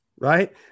right